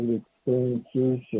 experiences